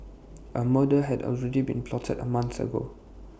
A murder had already been plotted A month ago